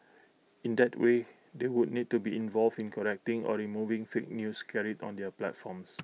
in that way they would need to be involved in correcting or removing fake news carried on their platforms